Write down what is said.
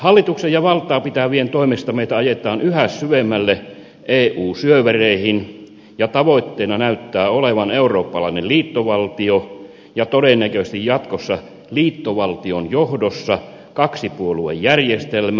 hallituksen ja valtaa pitävien toimesta meitä ajetaan yhä syvemmälle eu syövereihin ja tavoitteena näyttää olevan eurooppalainen liittovaltio ja todennäköisesti jatkossa liittovaltion johdossa kaksipuoluejärjestelmä